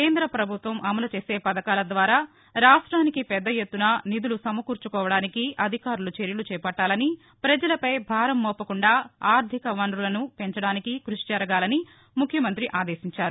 కేంద్ర పభుత్వం అమలు చేసే పథకాల ద్వారా రాష్ట్రానికి పెద్ద ఎత్తున నిధులు సమకూర్చుకోవడానికి అధికారులు చర్యలు చేపట్టాలని పజలపై భారం మోపకుండా ఆర్థిక వనరులను పెంచడానికి కృషి జరగాలని ముఖ్యమంతి ఆదేశించారు